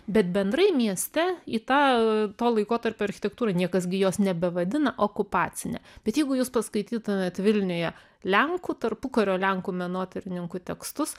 bet bendrai mieste į tą to laikotarpio architektūrą niekas gi jos nebevadina okupacine bet jeigu jūs paskaitytumėt vilniuje lenkų tarpukario lenkų menotyrininkų tekstus